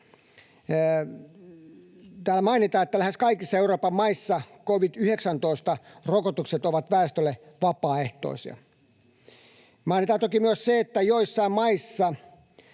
Täällä mainitaan, että lähes kaikissa Euroopan maissa covid-19-rokotukset ovat väestölle vapaaehtoisia. Mainitaan toki myös se, että joissain maissa